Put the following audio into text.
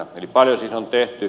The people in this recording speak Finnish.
eli paljon siis on tehty